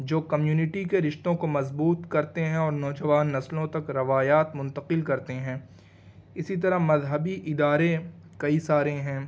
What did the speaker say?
جو کمیونٹی کے رشتوں کو مضبوط کرتے ہیں اور نوجوان نسلوں تک روایات منتقل کرتے ہیں اسی طرح مذہبی ادارے کئی سارے ہیں